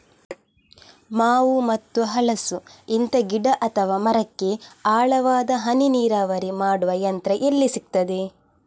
ಮಾವು ಮತ್ತು ಹಲಸು, ಇಂತ ಗಿಡ ಅಥವಾ ಮರಕ್ಕೆ ಆಳವಾದ ಹನಿ ನೀರಾವರಿ ಮಾಡುವ ಯಂತ್ರ ಎಲ್ಲಿ ಸಿಕ್ತದೆ?